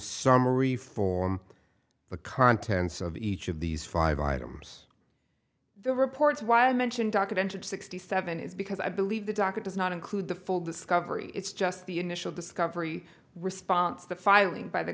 summary for the contents of each of these five items the reports why i mention documented sixty seven is because i believe the docket does not include the full discovery it's just the initial discovery response the filing by the